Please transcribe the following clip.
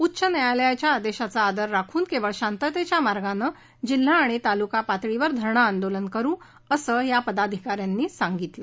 उच्च न्यायालयाच्या आदेशाचा आदर राखून केवळ शांततेच्या मार्गानं जिल्हा आणि तालुका पातळीवर धरणं आंदोलन करू असं या पदाधिका यांनी सांगितलं